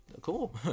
Cool